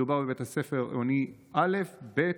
מדובר בבית ספר עירוני א', עירוני ב',